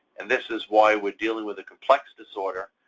and this is why we're dealing with a complex disorder,